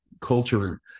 Culture